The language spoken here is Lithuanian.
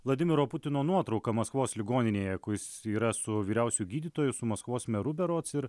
vladimiro putino nuotrauka maskvos ligoninėje kur jis yra su vyriausiuoju gydytoju su maskvos meru berods ir